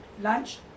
lunch